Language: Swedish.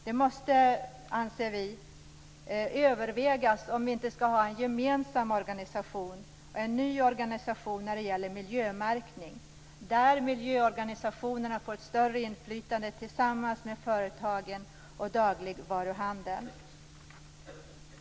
Det måste, anser vi, övervägas om vi inte skulle ha en ny, gemensam organisation där miljöorganisationerna får ett större inflytande tillsammans med företag och dagligvaruhandeln.